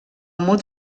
mot